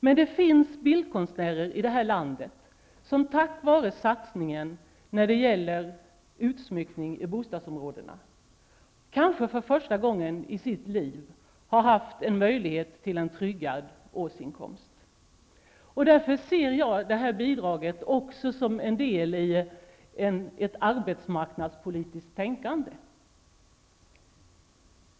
Men det finns bildkonstnärer i landet som tack vare satsningen på utsmyckning i bostadsområdena kanske för första gången i sitt liv har fått möjlighet till en tryggad årsinkomst. Därför ser jag det här bidraget också som en del i ett arbetsmarknadspolitiskt tänkande.